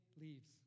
leaves